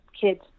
kids